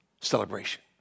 celebration